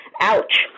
ouch